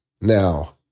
Now